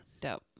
Dope